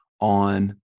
on